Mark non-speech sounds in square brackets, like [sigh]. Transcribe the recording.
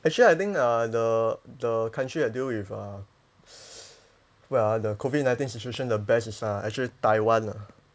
actually I think uh the the country that deal with uh [noise] what ah the COVID nineteen situation the best is uh actually taiwan ah